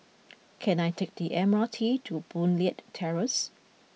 can I take the M R T to Boon Leat Terrace